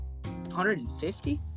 150